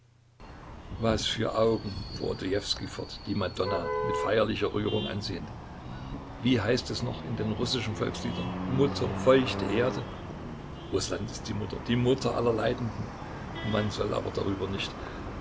was für augen fuhr odojewskij fort die madonna mit feierlicher rührung ansehend wie heißt es noch in den russischen volksliedern mutter feuchte erde rußland ist die mutter die mutter aller leidenden man soll aber darüber nicht